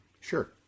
Sure